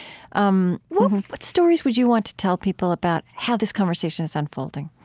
um what stories would you want to tell people about how this conversation is unfolding?